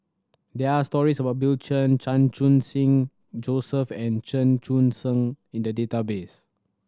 there are stories about Bill Chen Chan Khun Sing Joseph and Chen Sucheng in the database